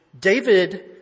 David